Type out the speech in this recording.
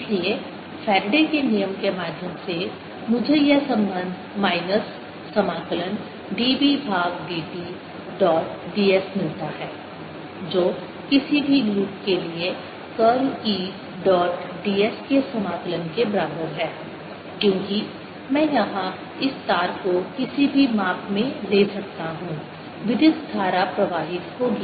इसलिए फैराडे के नियम Faraday's law के माध्यम से मुझे यह संबंध माइनस समाकलन dB भाग dt डॉट ds मिलता है जो किसी भी लूप के लिए कर्ल E डॉट ds के समाकलन के बराबर है क्योंकि मैं यहां इस तार को किसी भी माप में ले सकता हूं विद्युत धारा प्रवाहित होगी